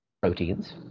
proteins